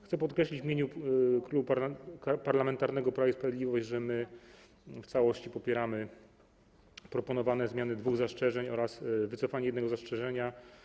Chcę podkreślić w imieniu Klubu Parlamentarnego Prawo i Sprawiedliwość, że my w całości popieramy proponowane zmiany dwóch zastrzeżeń oraz wycofanie jednego zastrzeżenia.